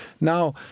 Now